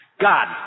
God